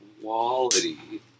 quality